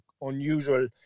unusual